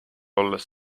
olles